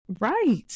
right